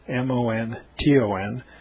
M-O-N-T-O-N